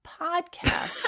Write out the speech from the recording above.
podcast